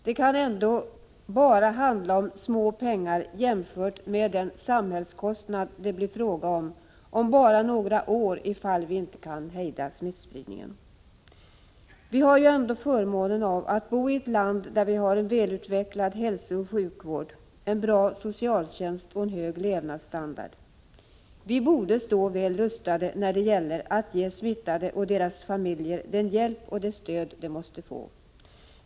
Det kan ändå bara handla om små pengar jämfört med den samhällskostnad det blir fråga om, om bara några år, ifall vi inte kan hejda smittspridningen. Vi har ju ändå förmånen att bo i ett land där vi har en välutvecklad hälsooch sjukvård, en bra socialtjänst och en hög levnadsstandard. Vi borde stå väl rustade när det gäller att ge smittade och deras familjer den hjälp och det stöd de måste få.